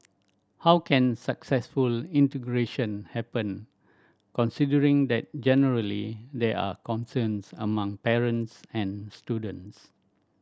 how can successful integration happen considering that generally there are concerns among parents and students